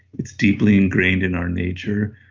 it's deeply ingrained in our nature.